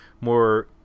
more